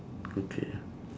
okay